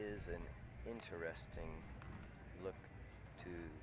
is an interesting loo